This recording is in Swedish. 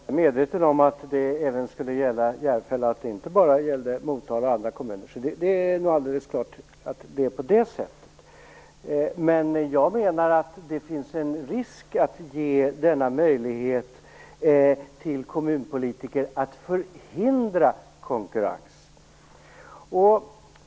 Fru talman! Jag är medveten om att detta även skulle gälla Järfälla och inte bara Motala och andra kommuner. Det är helt klart att det är på det sättet. Jag menar att det finns en risk med att ge denna möjlighet till kommunpolitiker att förhindra konkurrens.